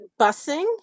busing